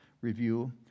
review